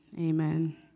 amen